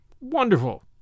Wonderful